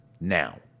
Now